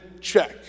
check